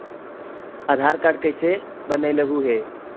आधार card कईसे बनैलहु हे?